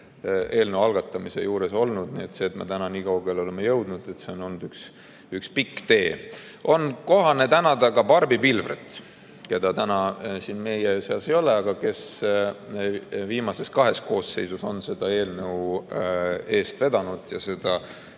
eelnõu algatamise juures olnud. See, et me nüüdseks nii kaugele oleme jõudnud – see on olnud üks pikk tee. On kohane tänada Barbi Pilvret, keda täna siin meie seas ei ole, aga kes viimases kahes koosseisus on seda eelnõu eest vedanud ja